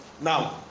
Now